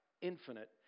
infinite